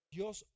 Dios